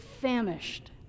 famished